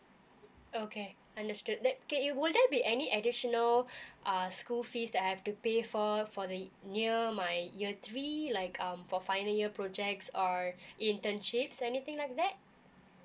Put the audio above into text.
okay understood that okay you will there be any additional uh school fees that I have to pay for for the near my year three like um for final year projects or internships anything like that